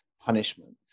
punishments